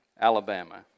Alabama